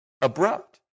abrupt